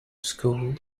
school